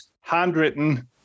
handwritten